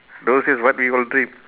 those days what we will dream